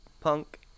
punk